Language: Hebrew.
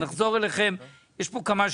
עם חברות הסיגריות.